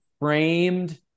framed